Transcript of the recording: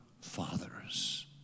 fathers